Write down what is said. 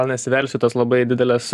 gal nesivelsiu į tas labai dideles